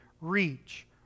reach